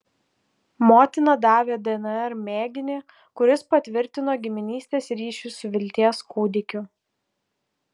motina davė dnr mėginį kuris patvirtino giminystės ryšį su vilties kūdikiu